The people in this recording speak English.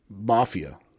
mafia